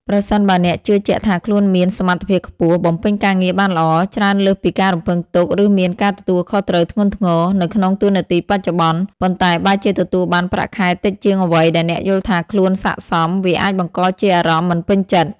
ប្រសិនបើអ្នកជឿជាក់ថាខ្លួនមាន សមត្ថភាពខ្ពស់ បំពេញការងារបានល្អ ច្រើនលើសពីការរំពឹងទុក ឬមាន ការទទួលខុសត្រូវធ្ងន់ធ្ងរ នៅក្នុងតួនាទីបច្ចុប្បន្ន ប៉ុន្តែបែរជាទទួលបានប្រាក់ខែតិចជាងអ្វីដែលអ្នកយល់ថាខ្លួនស័ក្តិសម វាអាចបង្កជាអារម្មណ៍ មិនពេញចិត្ត។